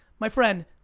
my friend,